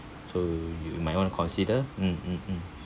so you might want to consider mm mm mm